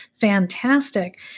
fantastic